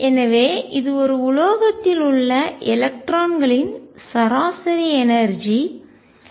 எனவே இது ஒரு உலோகத்தில் உள்ள எலக்ட்ரான்களின் சராசரி எனர்ஜிஆற்றல்